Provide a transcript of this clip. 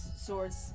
swords